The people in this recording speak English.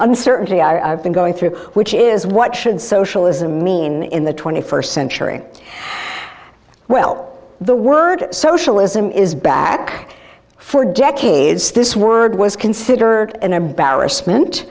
uncertainty i've been going through which is what should socialism mean in the st century well the word socialism is back for decades this word was considered an embarrassment